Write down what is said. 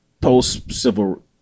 post-civil